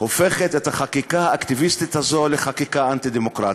הופך את החקיקה האקטיביסטית הזו לחקיקה אנטי-דמוקרטית.